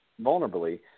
vulnerably